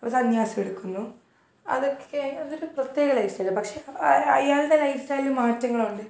ഇപ്പം സന്യാസവെടുക്കുന്നു അതൊക്കെ അതൊരു പ്രത്യേക ലൈഫ് സ്റ്റൈല പക്ഷേ അപ്പം അയാളുടെ ലൈഫ് സ്റ്റൈലി മാറ്റങ്ങളുണ്ട്